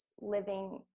living